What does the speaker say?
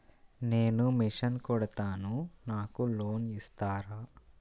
నేను మిషన్ కుడతాను నాకు లోన్ ఇస్తారా?